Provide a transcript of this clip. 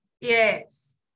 Yes